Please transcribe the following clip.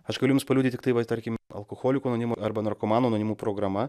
aš galiu jums paliudyt tiktai va tarkim alkoholikų anonimų arba narkomanų anonimų programa